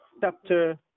chapter